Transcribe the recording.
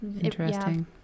interesting